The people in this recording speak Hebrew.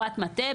פרט מטעה,